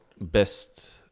best